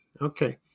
okay